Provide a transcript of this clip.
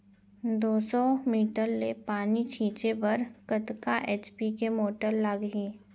दो सौ मीटर ले पानी छिंचे बर कतका एच.पी के मोटर लागही?